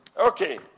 Okay